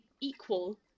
equal